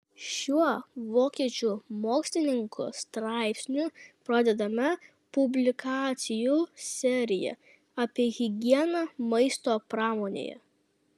šiuo vokiečių mokslininkų straipsniu pradedame publikacijų seriją apie higieną maisto pramonėje